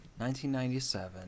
1997